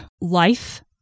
life